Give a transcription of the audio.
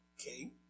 Okay